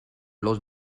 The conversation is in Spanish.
los